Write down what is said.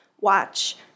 Watch